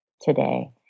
today